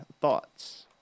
Thoughts